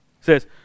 says